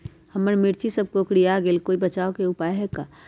हमर मिर्ची सब कोकररिया गेल कोई बचाव के उपाय है का?